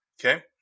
Okay